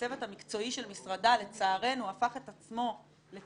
והצוות המקצועי של משרדה לצערנו הפך את עצמו לצוות